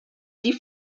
die